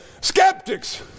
skeptics